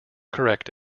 correct